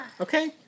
Okay